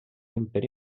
imperi